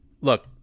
look